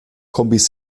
kombis